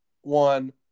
one